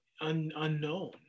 unknown